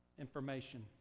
information